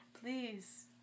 Please